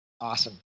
Awesome